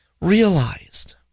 realized